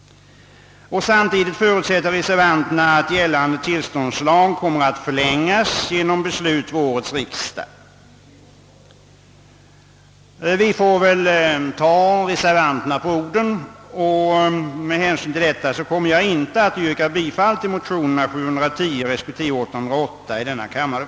Samtidigt förutsätter reservanterna att gällande tillståndslag kommer att förlängas genom beslut av årets riksdag. Vi får väl ta reservanterna på orden, och med hänsyn till detta kommer jag inte att yrka bifall till motionerna 710 och 808 i denna kammare.